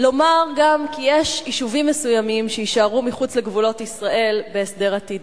לומר גם כי יש יישובים מסוימים שיישארו מחוץ לגבולות ישראל בהסדר עתידי.